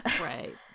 Right